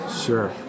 sure